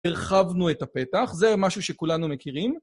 הרחבנו את הפתח, זה משהו שכולנו מכירים.